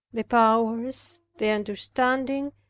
the powers, the understanding,